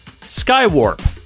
Skywarp